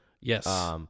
Yes